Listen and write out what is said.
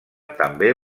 també